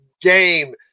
game